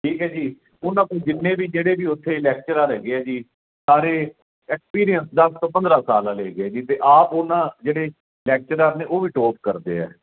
ਠੀਕ ਹੈ ਜੀ ਉਹਨਾਂ ਕੋਲ ਜਿੰਨੇ ਵੀ ਜਿਹੜੇ ਵੀ ਉਥੇ ਲੈਕਚਰਾਰ ਹੈਗੇ ਆ ਜੀ ਸਾਰੇ ਐਕਸਪੀਰੀਅਸ ਦਾ ਦਸ ਤੋਂ ਪੰਦਰਾਂ ਸਾਲਾ ਦੇ ਹੈਗੇ ਆ ਜੀ ਅਤੇ ਆਪ ਉਹਨਾਂ ਜਿਹੜੇ ਲੈਕਚਰਾਰ ਨੇ ਉਹ ਵੀ ਟੋਪ ਕਰਦੇ ਆ